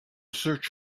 search